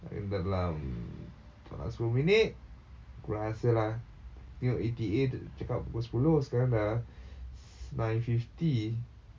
I think dalam dalam sepuluh minit aku rasa lah tengok E_T_A dia cakap pukul sepuluh sekarang dah nine fifty